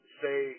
say